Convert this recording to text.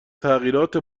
تغییرات